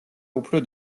უფრო